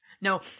no